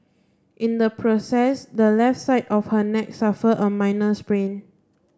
in the process the left side of her neck suffered a minor sprain